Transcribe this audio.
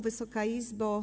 Wysoka Izbo!